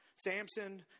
Samson